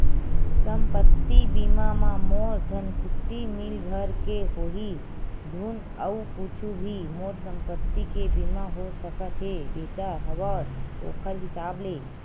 संपत्ति बीमा म मोर धनकुट्टी मील भर के होही धुन अउ कुछु भी मोर संपत्ति के बीमा हो सकत हे बेटा हवय ओखर हिसाब ले?